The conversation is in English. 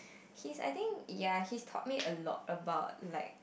he's I think ya he's taught me a lot about like